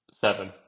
seven